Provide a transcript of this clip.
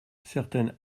certaines